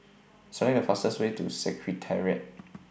Select The fastest Way to Secretariat